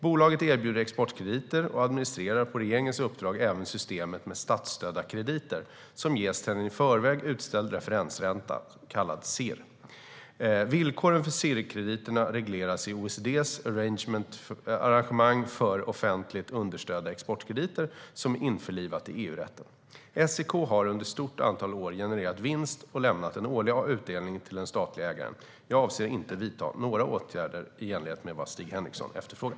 Bolaget erbjuder exportkrediter och administrerar på regeringens uppdrag även systemet med statsstödda krediter som ges till en i förväg utställd referensränta, kallad CIRR. Villkoren för CIRR-krediterna regleras i OECD:s arrangemang för offentligt understödda exportkrediter, som är införlivat i EU-rätten. SEK har under ett stort antal år genererat vinst och lämnat en årlig utdelning till den statliga ägaren. Jag avser inte att vidta några åtgärder i enlighet med vad Stig Henriksson efterfrågar.